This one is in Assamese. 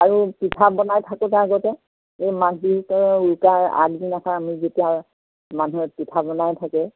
আৰু পিঠা বনাই থাকোঁতে আগতে এই মাঘ বিহু উৰুকাৰ আগদিনাখন আমি যেতিয়া মানুহে পিঠা বনাই থাকে